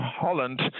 Holland